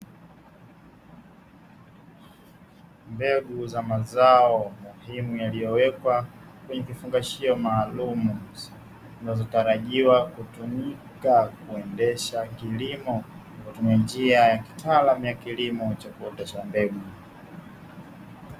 Mbegu za mazao muhimu yaliyowekwa kwenye vifungashio maalumu; zinazotarajiwa kutumika kuendesha kilimo, kwa kutumia njia ya kitaalamu ya kilimo cha kuotesha mbegu.